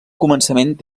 començament